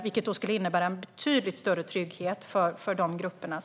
Det skulle innebära en betydligt större trygghet för de grupperna.